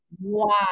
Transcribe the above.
Wow